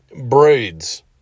Braids